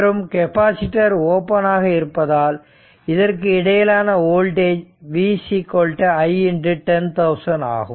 மற்றும் capacitor open ஆக இருப்பதால் இதற்கு இடையிலான வோல்டேஜ் v i 10000 ஆகும்